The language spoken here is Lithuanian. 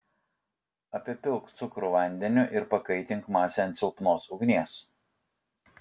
apipilk cukrų vandeniu ir pakaitink masę ant silpnos ugnies